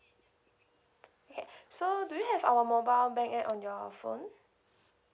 okay so do you have our mobile bank app on your phone